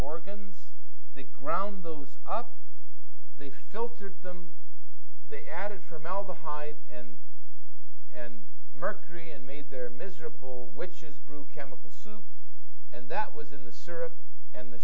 organs the ground those up they filtered them they added formaldehyde and and mercury and made their miserable witch's brew chemical soup and that was in the syrup and the